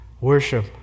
worship